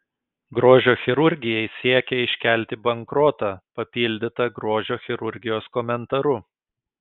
grožio chirurgijai siekia iškelti bankrotą papildyta grožio chirurgijos komentaru